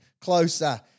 Closer